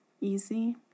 easy